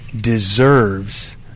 deserves